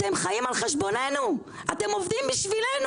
אתם חיים על חשבוננו, אתם עובדים בשבילנו.